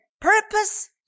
purpose